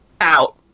out